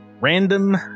random